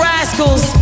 Rascals